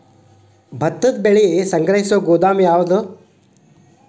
ಭತ್ತದ ಬೆಳೆಯನ್ನು ಸಂಗ್ರಹಿಸುವ ಗೋದಾಮು ಯಾವದು?